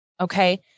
Okay